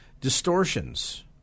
distortions